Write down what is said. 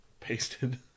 Pasted